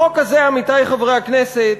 החוק הזה, עמיתי חברי הכנסת,